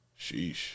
Sheesh